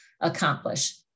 accomplish